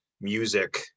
music